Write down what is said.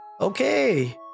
okay